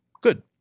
Good